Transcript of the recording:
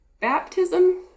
baptism